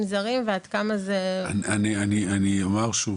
זרים ועד כמה זה --- אני אומר שוב,